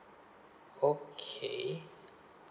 okay